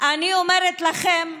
אבל למדנו על בשרנו, מתוך ניסיון ארוך שנים,